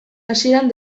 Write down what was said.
hasieran